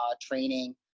training